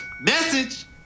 Message